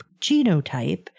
genotype